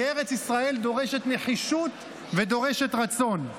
כי ארץ ישראל דורשת נחישות ודורשת רצון.